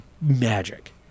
magic